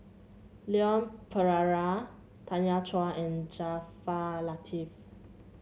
Leon Perera Tanya Chua and Jaafar Latiff